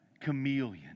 chameleon